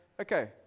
Okay